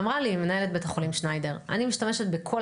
אמרה לי מנהלת בית החולים שניידר: אני משתמשת בכל